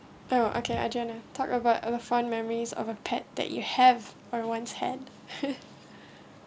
oh I can adjourn and talked about a fond memories of a pet that you have or once had